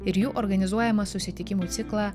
ir jų organizuojamą susitikimų ciklą